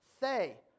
say